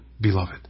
beloved